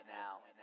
now